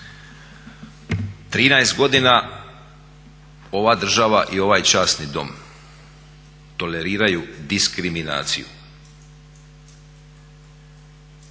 13 godina ova država i ovaj časni Dom toleriraju diskriminaciju